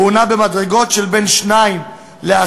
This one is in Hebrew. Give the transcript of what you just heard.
והוא נע במדרגות של בין 2% ל-10%,